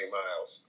miles